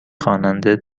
خواننده